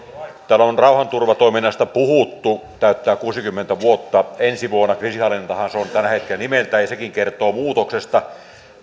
on rauhanturvatoiminnasta puhuttu se täyttää kuusikymmentä vuotta ensi vuonna ja kriisinhallintahan se on tällä hetkellä nimeltään ja sekin kertoo muutoksesta